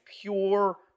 pure